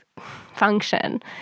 function